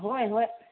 ꯍꯣꯏ ꯍꯣꯏ